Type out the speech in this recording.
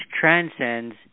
transcends